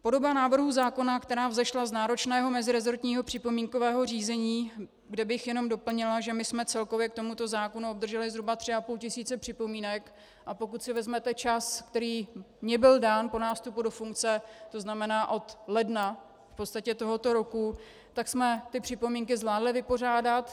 Podoba návrhu zákona, která vzešla z náročného meziresortního připomínkového řízení, kde bych jenom doplnila, že my jsme celkově k tomuto zákonu obdrželi zhruba 3 500 připomínek, a pokud si vezmete čas, který mně byl dán po nástupu do funkce, to znamená od ledna v podstatě tohoto roku, tak jsme ty připomínky zvládli vypořádat.